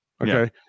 Okay